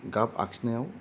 गाब आखिनायाव